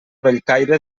bellcaire